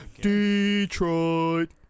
Detroit